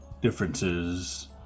differences